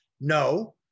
No